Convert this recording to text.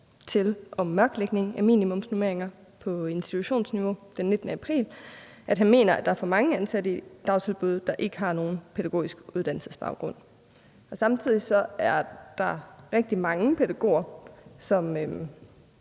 til om mørklægning af minimumsnormeringer på institutionsniveau den 19. april, at han mener, at der er for mange ansatte i dagtilbud, der ikke har nogen pædagogisk uddannelsesbaggrund. Samtidig er der rigtig mange pædagoger, som